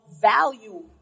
value